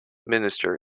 minister